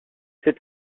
cette